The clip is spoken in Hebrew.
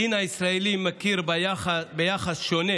הדין הישראלי מכיר ביחס שונה